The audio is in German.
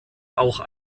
auch